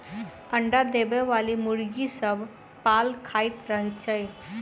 अंडा देबयबाली मुर्गी सभ पाल खाइत रहैत छै